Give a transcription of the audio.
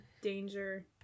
danger